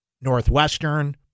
Northwestern